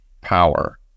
power